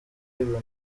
ibintu